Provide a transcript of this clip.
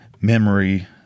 memory